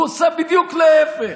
הוא עושה בדיוק להפך.